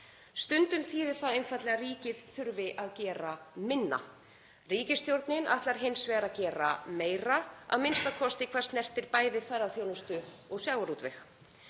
Stundum þýðir það einfaldlega að ríkið þurfi að gera minna. Ríkisstjórnin ætlar hins vegar að gera meira, a.m.k. hvað snertir bæði ferðaþjónustu og sjávarútveg.